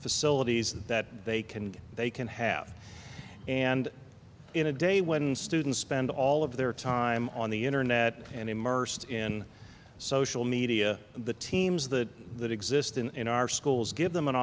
facilities that they can they can have and in a day when students spend all of their time on the internet and immersed in social media the teams that that exist in our schools give them an